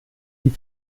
die